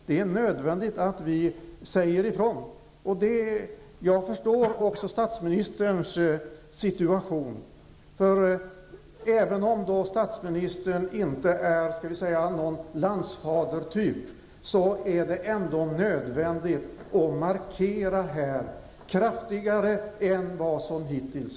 Det är nödvändigt att vi säger ifrån. Jag förstår statsministerns situation, för även om statsministern inte är någon landsfaderstyp, är det nödvändigt att markera kraftigare än hittills.